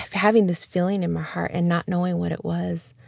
having this feeling in my heart and not knowing what it was.